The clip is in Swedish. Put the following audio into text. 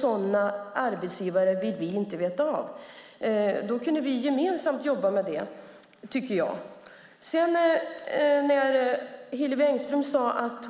Sådana arbetsgivare vill vi inte veta av. I så fall kunde vi gemensamt jobba med detta. Hillevi Engström säger att